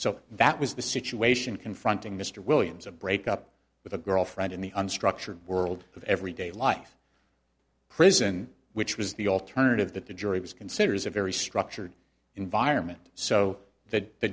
so that was the situation confronting mr williams of break up with a girlfriend in the unstructured world of every day life prison which was the alternative that the jury was considers a very structured environment so that the